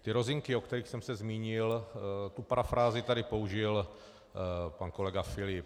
Ty rozinky, o kterých jsem se zmínil, tu parafrázi tady použil pan kolega Filip.